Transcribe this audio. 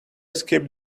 skip